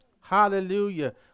Hallelujah